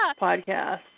podcast